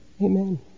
Amen